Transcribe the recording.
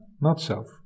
not-self